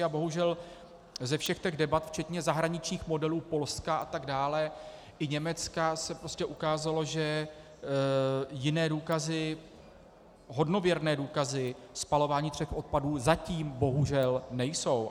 A bohužel ze všech těch debat, včetně zahraničních modelů Polska atd., i Německa , se prostě ukázalo, že jiné důkazy, hodnověrné důkazy spalování odpadů zatím bohužel nejsou.